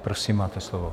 Prosím, máte slovo.